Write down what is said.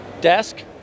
desk